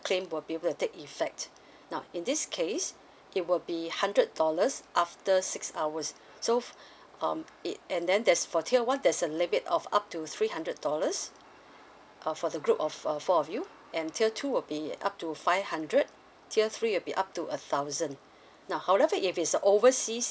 claim will be wouldn't take effect now in this case it will be hundred dollars after six hours so um it and then there's four tier one there's a limit of up to three hundred dollars uh for the group of uh four of you and tier two will be up to five hundred tier three will be up to a thousand now however if it's a overseas